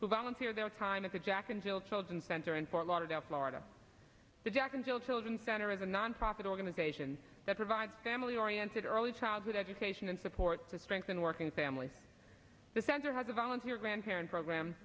who volunteer their time at the jack and jill trials and center in fort lauderdale florida the jack and jill children's center is a nonprofit organization that provides family oriented early childhood education and support to strengthen working families the center has a volunteer grandparent program